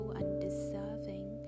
undeserving